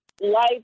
life